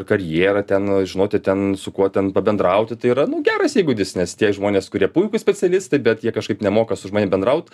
karjerą ten žinoti ten su kuo ten pabendrauti tai yra nu geras įgūdis nes tie žmonės kurie puikūs specialistai bet jie kažkaip nemoka su žmonėm bendraut